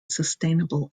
sustainable